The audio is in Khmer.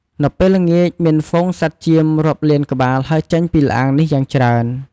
នៅពេលល្ងាច មានហ្វូងសត្វប្រចៀវរាប់លានក្បាលហើរចេញពីល្អាងនេះយ៉ាងច្រើន។